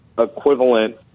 equivalent